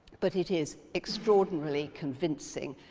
but it is extraordinarily convincing.